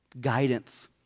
guidance